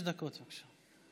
חמש דקות, בבקשה.